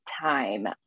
time